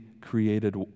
created